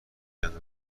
انجام